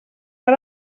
per